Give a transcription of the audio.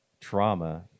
trauma